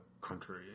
country